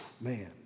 Man